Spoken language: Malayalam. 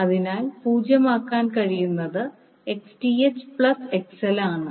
അതിനാൽ 0 ആകാൻ കഴിയുന്നത് Xth പ്ലസ് XL ആണ്